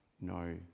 no